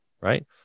right